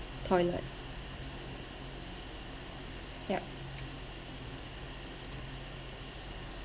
toilet yup